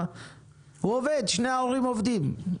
שני ההורים עובדים.